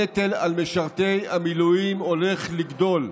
הנטל על משרתי המילואים הולך לגדול,